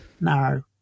narrow